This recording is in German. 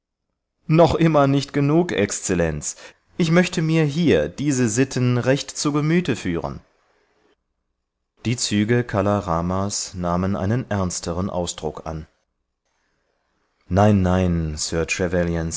noch immer nicht genug exzellenz ich möchte mir hier diese sitten recht zu gemüte führen die züge kala ramas nahmen einen ernsteren ausdruck an nein nein